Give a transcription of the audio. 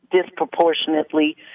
disproportionately